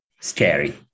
scary